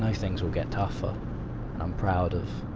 know things'll get tougher, and i'm proud of.